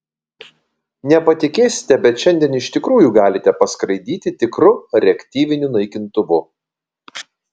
nepatikėsite bet šiandien iš tikrųjų galite paskraidyti tikru reaktyviniu naikintuvu